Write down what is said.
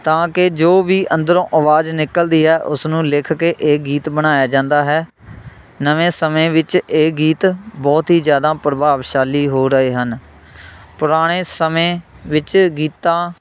ਤਾਂ ਕਿ ਜੋ ਵੀ ਅੰਦਰੋਂ ਆਵਾਜ਼ ਨਿਕਲਦੀ ਹੈ ਉਸਨੂੰ ਲਿਖ ਕੇ ਇਹ ਗੀਤ ਬਣਾਇਆ ਜਾਂਦਾ ਹੈ ਨਵੇਂ ਸਮੇਂ ਵਿੱਚ ਇਹ ਗੀਤ ਬਹੁਤ ਹੀ ਜ਼ਿਆਦਾ ਪ੍ਰਭਾਵਸ਼ਾਲੀ ਹੋ ਰਹੇ ਹਨ ਪੁਰਾਣੇ ਸਮੇਂ ਵਿੱਚ ਗੀਤਾਂ